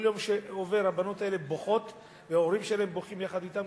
כל יום שעובר הבנות האלה בוכות וההורים שלהם בוכים יחד אתן,